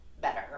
better